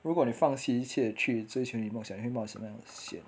如果你放弃一切去追求你的梦想你会冒什么样的险